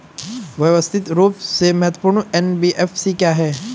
व्यवस्थित रूप से महत्वपूर्ण एन.बी.एफ.सी क्या हैं?